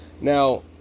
now